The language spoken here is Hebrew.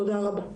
תודה רבה.